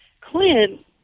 Clint